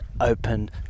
open